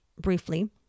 briefly